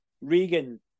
Regan